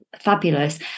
fabulous